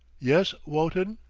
yes, wotton?